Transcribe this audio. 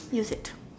use it